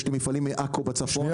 יש לי מפעלים מעכו בצפון,